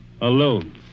alone